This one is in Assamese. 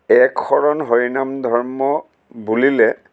একশৰণ হৰি নাম ধৰ্ম বুলিলে